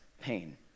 pain